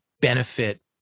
benefit